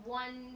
one